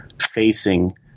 facing